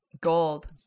Gold